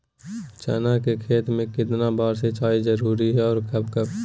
चना के खेत में कितना बार सिंचाई जरुरी है और कब कब?